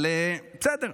אבל בסדר,